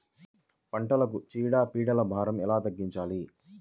పంటలకు చీడ పీడల భారం ఎలా తగ్గించాలి?